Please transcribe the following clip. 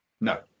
No